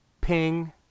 ping